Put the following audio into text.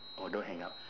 don't hang up